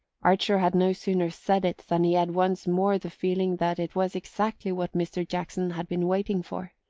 archer had no sooner said it than he had once more the feeling that it was exactly what mr. jackson had been waiting for.